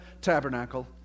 tabernacle